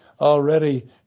already